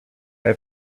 have